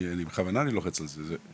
אני בכוונה לוחץ על זה,